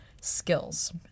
skills